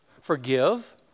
Forgive